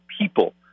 people